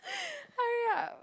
hurry up